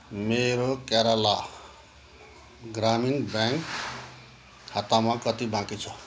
मेरो केरला ग्रामीण ब्याङ्क खातामा कति बाँकी छ